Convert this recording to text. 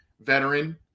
veteran